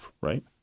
right